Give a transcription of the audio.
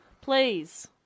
Please